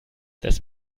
das